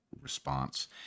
response